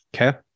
okay